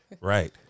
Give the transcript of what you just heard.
Right